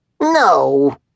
no